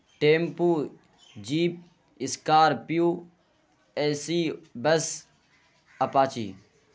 tempo jeep scorpio AC bus apache